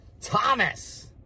Thomas